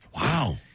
Wow